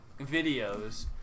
videos